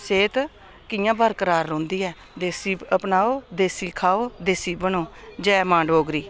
सेह्त कि'यां बरकरार रौंह्दी ऐ देसी अपनाओ देसी खाओ देसी बनो जै मां डोगरी